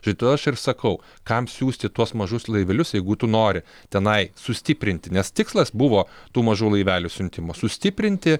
šito aš ir sakau kam siųsti tuos mažus laivelius jeigu tu nori tenai sustiprinti nes tikslas buvo tų mažų laivelių siuntimo sustiprinti